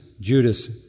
Judas